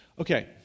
Okay